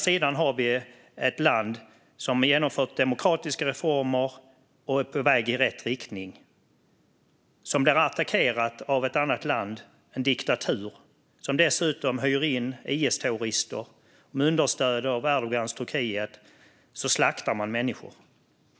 Här har vi ett land som har genomfört demokratiska reformer och är på väg i rätt riktning. Det landet blev attackerat av ett annat land, en diktatur som dessutom hyr in IS-terrorister och som med understöd av Erdogans Turkiet slaktar människor.